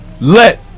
let